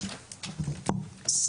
אני רק אקרא את החוק.